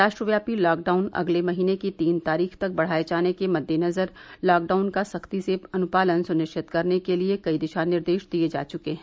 राष्ट्रव्यापी लॉकडाउन अगले महीने की तीन तारीख तक बढाये जाने के मद्देनजर लॉकडाउन का सख्ती से अनुपालन सुनिश्चित करने के लिए कई दिशा निर्देश दिये जा चुके हैं